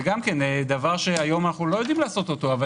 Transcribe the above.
זה דבר שהיום אנחנו לא יודעים לעשות אותו אבל